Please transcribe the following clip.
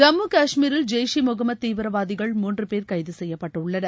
ஜம்மு காஷ்மீரில் ஜெயிஸ் ஈ முகமது தீவிரவாதிகள் மூன்று பேர் கைது செய்யப்பட்டுள்ளனர்